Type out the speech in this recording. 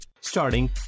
Starting